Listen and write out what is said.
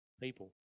people